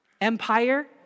Empire